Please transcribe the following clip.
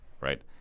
right